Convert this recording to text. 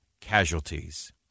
casualties